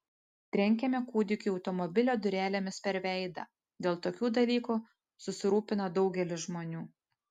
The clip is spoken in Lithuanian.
trenkėme kūdikiui automobilio durelėmis per veidą dėl tokių dalykų susirūpina daugelis žmonių